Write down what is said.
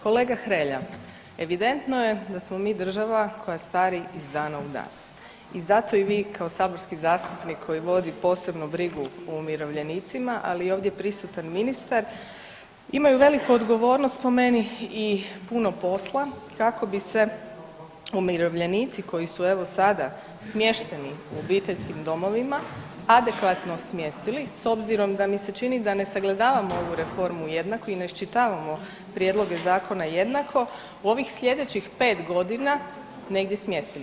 Kolega Hrelja, evidentno je da smo mi država koja stari iz dana u dan i zato i vi kao saborski zastupnik koji vodi posebnu brigu o umirovljenicima, ali je ovdje prisutan i ministar imaju veliku odgovornost po meni i puno posla kako bi se umirovljenici koji su evo sada smješteni u obiteljskim domovima adekvatno smjestili s obzirom da mi se čini da ne sagledavamo ovu reformu jednako i ne iščitavamo prijedloge zakona jednako u ovih sljedećih 5 godina negdje smjestili.